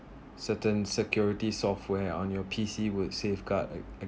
certain security software on your P_C would safeguard a~ a~